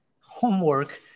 homework